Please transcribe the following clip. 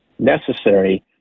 necessary